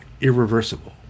irreversible